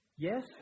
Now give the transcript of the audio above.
Yes